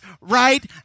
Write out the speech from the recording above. right